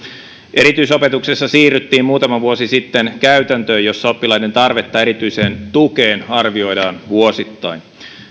erityisopetuksessa siirryttiin muutama vuosi sitten käytäntöön jossa oppilaiden tarvetta erityiseen tukeen arvioidaan vuosittain